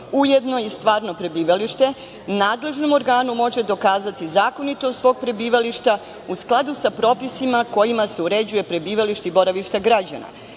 ujedno i stvarno prebivalište, nadležnom organu može dokazati zakonitost svog prebivališta u skladu sa propisima, kojima se uređuje prebivalište i boravište